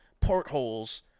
portholes